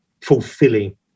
fulfilling